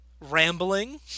rambling